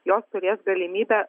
jos turės galimybę